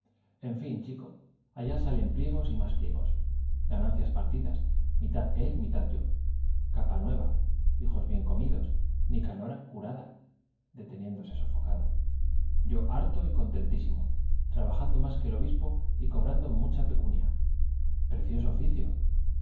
en fin chico felipe partidas ganancias allá salen pliegos pliegos y más mitad él mitad yo capa nueva hijos bien comidos nicanora curada deteniéndose sofocado yo harto y contentísimo trabajando más que el obispo y cobrando mucha pecunia i precioso oficio